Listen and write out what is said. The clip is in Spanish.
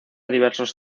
diversos